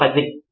professor సరే